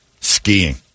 skiing